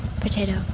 potato